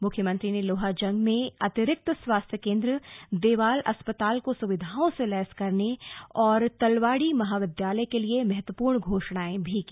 मुख्यमंत्री ने लोहाजंग में अतिरिक्त स्वास्थ्य केंद्र देवाल अस्पताल को सुविधाओं से लैस करने और तलवाड़ी महाविद्यालय के लिए महत्वपूर्ण घोषणाएं भी की